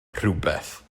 rhywbeth